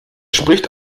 spricht